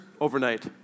overnight